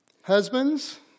Husbands